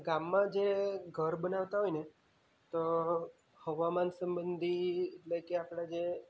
ગામમાં જે ઘર બનાવતા હોયને તો હવામાન સંબંધી એટલે કે આપણે જે